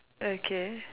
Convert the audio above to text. okay